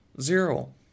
zero